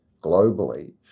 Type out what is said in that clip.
globally